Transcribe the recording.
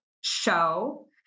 show